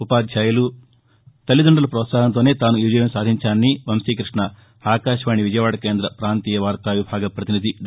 ఉపాధ్యాయులు తల్లిదండుల ప్రోత్సాహంతోనే తాను ఈ విజయం సాధించానని వంశీకృష్ణ ఆకాశవాణి విజయవాడ కేంద్ర పాంతీయ వార్తా విభాగ ప్రతినిధి డా